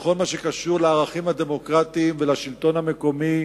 בכל מה שקשור לערכים הדמוקרטיים, ולשלטון המקומי,